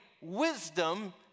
wisdom